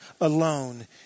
alone